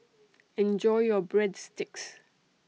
Enjoy your Breadsticks